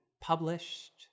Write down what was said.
published